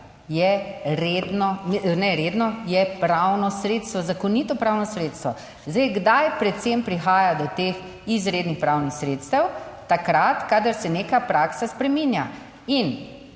je pravno sredstvo, zakonito pravno sredstvo. Zdaj, kdaj predvsem prihaja do teh izrednih pravnih sredstev, takrat, kadar se neka praksa spreminja in